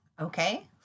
Okay